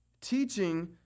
Teaching